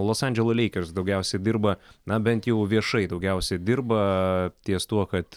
los andželo leikers daugiausiai dirba na bent jau viešai daugiausiai dirba ties tuo kad